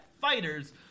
fighters